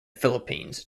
philippines